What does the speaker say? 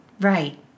Right